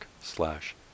slash